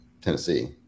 Tennessee